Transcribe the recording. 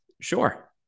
sure